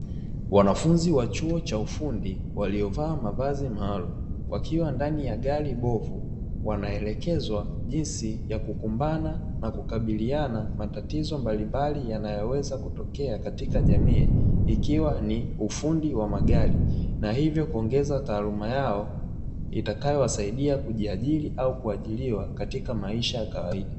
Wanafunzi wa chuo cha ufundi waliovaa mavazi maalum wakiwa ndani ya gari bovu wanaelekezwa jinsi ya kukumbana na kukabiliana na matatizo mbalimbali yanayoweza kutokea katika jamii ikiwa ni ufundi wa magari na hivyo kuongeza taaluma yao itakayowasaidia kujiajiri au kuajiriwa katika maisha ya kawaida.